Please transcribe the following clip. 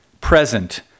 present